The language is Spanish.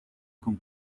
con